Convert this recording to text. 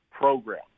program